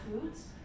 foods